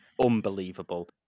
unbelievable